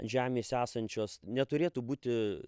žemėse esančios neturėtų būti